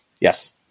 Yes